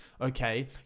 okay